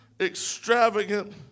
extravagant